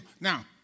Now